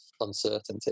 uncertainty